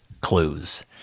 clues